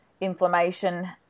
inflammation